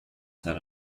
set